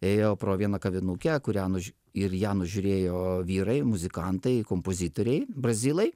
ėjo pro vieną kavinukę kurią nu ir ją nužiūrėjo vyrai muzikantai kompozitoriai brazilai